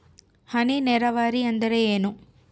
ಹನಿ ನೇರಾವರಿ ಎಂದರೇನು?